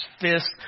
fists